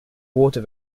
water